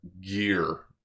Gear